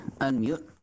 unmute